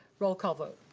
roll call vote.